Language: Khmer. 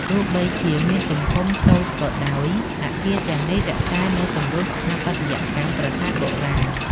ទោះបីជាមានទំហំតូចក៏ដោយ អគារទាំងនេះរក្សានូវទម្រង់ស្ថាបត្យកម្មប្រាសាទបុរាណ។